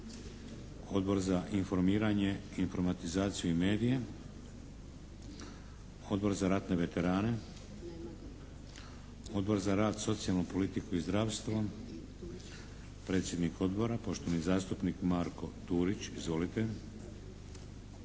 Odbor za informiranje, informatizaciju i medije? Odbor za ratne veterane. …/Upadica: Nema ga./… Odbor za rad, socijalnu politiku i zdravstvo, predsjednik odbora, poštovani zastupnik Marko Turić. Izvolite.